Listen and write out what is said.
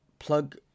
plug